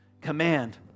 command